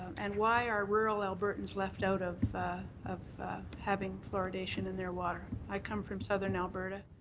and why are rural albertans left out of of having fluoridation in their water? i come from southern alberta.